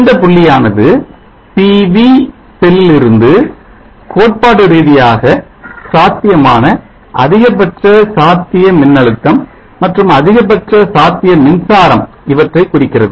இந்த புள்ளியானது PV செல்லிலிருந்து கோட்பாடு ரீதியாக சாத்தியமான அதிகபட்ச சாத்திய மின்னழுத்தம் மற்றும் அதிகபட்ச சாத்திய மின்சாரம் இவற்றை குறிக்கிறது